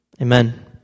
Amen